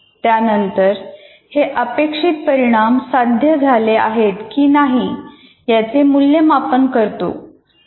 त्यानंतर हे अपेक्षित परिणाम साध्य झाले आहेत की नाही याचे मूल्यमापन करतो